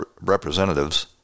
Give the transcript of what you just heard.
Representatives